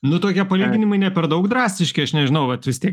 nu tuokie palyginimai ne per daug drastiški aš nežinau vat vis tiek